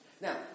Now